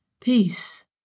peace